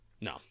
no